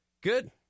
Good